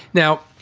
now,